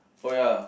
oh ya